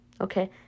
Okay